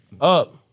up